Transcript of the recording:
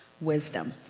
wisdom